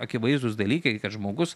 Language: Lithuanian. akivaizdūs dalykai kad žmogus